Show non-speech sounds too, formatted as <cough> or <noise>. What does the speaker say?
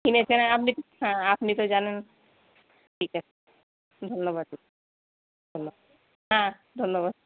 কিনেছেন আপনি তো হ্যাঁ আপনি তো জানেন ঠিক আছে ধন্যবাদ <unintelligible> হ্যাঁ ধন্যবাদ